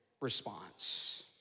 response